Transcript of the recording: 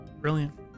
Brilliant